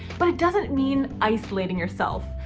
but it doesn't mean isolating yourself.